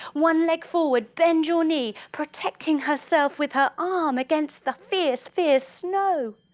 one leg forward bend your knee, protecting herself with her arm against the fierce fierce snow.